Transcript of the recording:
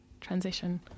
transition